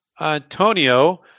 Antonio